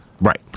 Right